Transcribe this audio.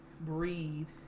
breathe